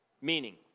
meaning